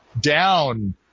down